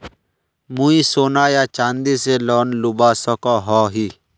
मुई सोना या चाँदी से लोन लुबा सकोहो ही?